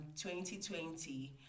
2020